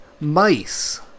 mice